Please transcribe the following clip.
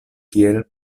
kiel